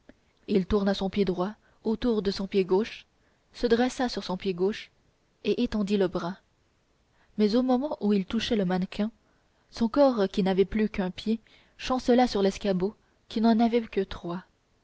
il tourna son pied droit autour de son pied gauche se dressa sur son pied gauche et étendit le bras mais au moment où il touchait le mannequin son corps qui n'avait plus qu'un pied chancela sur l'escabeau qui n'en avait que trois